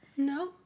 No